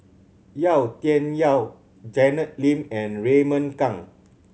Yau Tian Yau Janet Lim and Raymond Kang